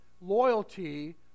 loyalty